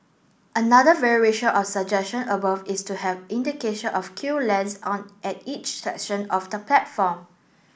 another variation of suggestion above is to have indication of queue lengths on at each section of the platform